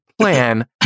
plan